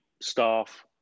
staff